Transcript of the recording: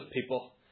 people